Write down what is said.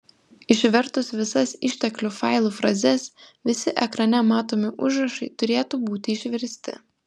išvertus visas išteklių failų frazes visi ekrane matomi užrašai turėtų būti išversti